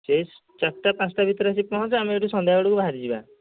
ସେଇ ଚାରଟା ପାଞ୍ଚଟା ଭିତେରେ ଆସି ପହଞ୍ଚ ଆମେ ଏଇଠୁ ସନ୍ଧ୍ୟାବେଳୁ ବାହାରିଯିବା